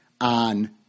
on